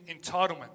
entitlement